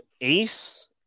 Ace